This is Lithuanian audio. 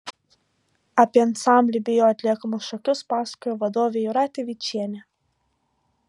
apie ansamblį bei jo atliekamus šokius pasakojo vadovė jūratė vyčienė